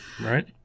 Right